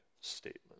statement